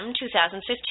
2015